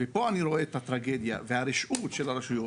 ופה אני רואה את הטרגדיה ואת הרשעות של הרשויות